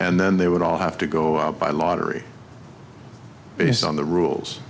and then they would all have to go out buy lottery based on the rules